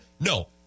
No